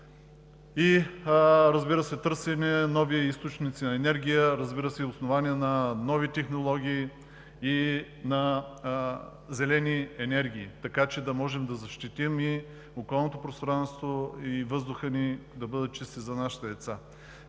пазар и търсене на нови източници на енергия, основани на нови технологии и зелени енергии, така че да можем да защитим и околното пространство, и въздухът ни да бъде чист за нашите деца.